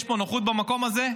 יש פה נוחות במקום הזה,